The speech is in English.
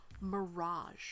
Mirage